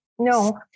No